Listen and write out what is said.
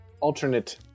alternate